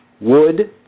wood